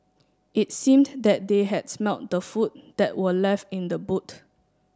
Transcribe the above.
it seemed that they had smelt the food that were left in the boot